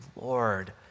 Lord